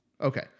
Okay